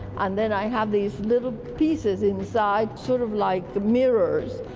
and then i have these little pieces inside, sort of like the mirrors.